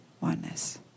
oneness